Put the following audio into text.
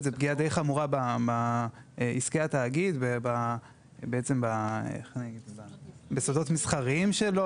זו פגיעה די חמורה בעסקי התאגיד ובסודות המסחריים שלו.